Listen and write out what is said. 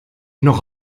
noch